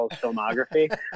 filmography